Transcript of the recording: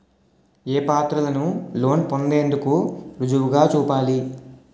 ఏ పత్రాలను లోన్ పొందేందుకు రుజువుగా చూపాలి?